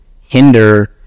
hinder